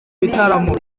bitaramo